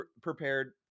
prepared